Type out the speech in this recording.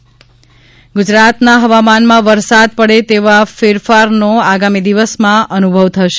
હવામાન ગુજરાતના હવામાનમાં વરસાદ પડે તેવા ફેરફારોનો આગામી દિવસમાં અનુભવ થશે